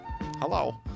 Hello